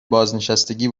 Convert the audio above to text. بازنشستگی